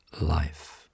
life